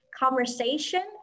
conversation